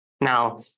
Now